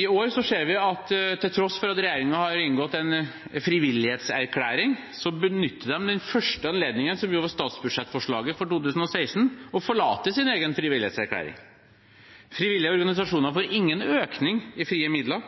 I år ser vi at til tross for at regjeringen har inngått en frivillighetserklæring, benytter de den første anledningen – som jo var statsbudsjettforslaget for 2016 – til å forlate sin egen frivillighetserklæring. Frivillige organisasjoner får ingen økning i frie midler,